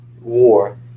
war